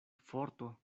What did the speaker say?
forto